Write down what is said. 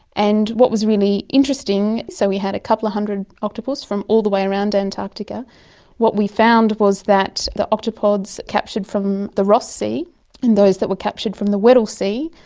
and what was really interesting, so we had a couple of hundred octopus from all the way around antarctica, and what we found was that the octopods captured from the ross sea and those that were captured from the weddell sea,